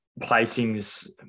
placings